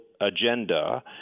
agenda